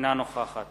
אינה נוכחת